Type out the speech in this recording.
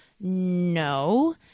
no